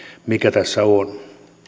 mikä tässä on